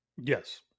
Yes